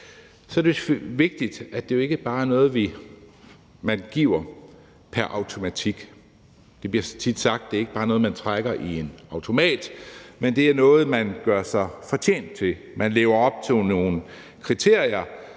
er det vigtigt, at det ikke bare er noget, vi giver pr. automatik. Det bliver så tit sagt, at det ikke bare er noget, man trækker i en automat, men at det er noget, man gør sig fortjent til. Man lever op til nogle kriterier,